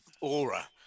aura